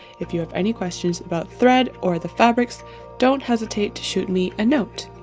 if you have any questions about thread or the fabrics don't hesitate to shoot me a note.